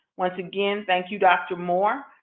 once again, thank you, dr. moore.